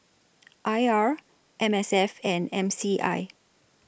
I R M S F and M C I